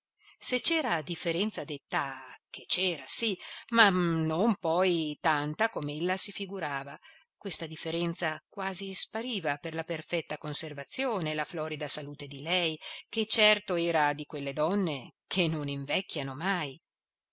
lei se c'era differenza d'età che c'era sì ma non poi tanta com'ella si figurava questa differenza quasi spariva per la perfetta conservazione e la florida salute di lei che certo era di quelle donne che non invecchiano mai